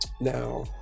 now